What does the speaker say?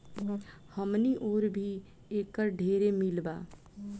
हमनी ओर भी एकर ढेरे मील बा